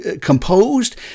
composed